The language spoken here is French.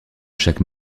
chaque